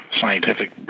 scientific